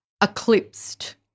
eclipsed